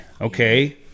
okay